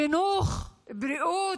חינוך, בריאות,